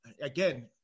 again